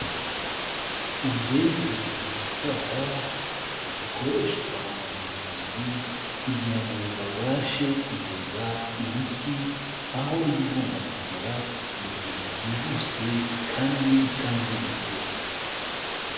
Indege zitwara zikoreshwa mu buvuzi kugira ngo babashe kugeza imiti aho iba igomba kugera mu gihe cyihuse kandi itangiritse.